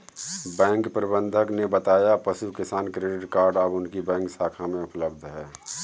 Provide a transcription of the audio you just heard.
bank प्रबंधक ने बताया पशु किसान क्रेडिट कार्ड अब उनकी बैंक शाखा में उपलब्ध है